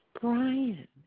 Brian